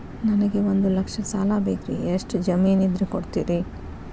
ನನಗೆ ಒಂದು ಲಕ್ಷ ಸಾಲ ಬೇಕ್ರಿ ಎಷ್ಟು ಜಮೇನ್ ಇದ್ರ ಕೊಡ್ತೇರಿ?